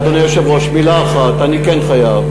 אדוני היושב-ראש, מילה אחת אני כן חייב.